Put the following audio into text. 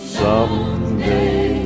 someday